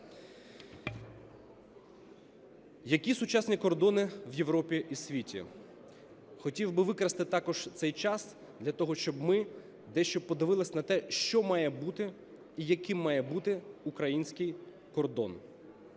Які сучасні кордони в Європі і світі? Хотів би використати також цей час для того, щоб ми дещо подивилися на те, що має бути і яким має бути український кордон.